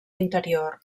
interior